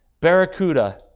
Barracuda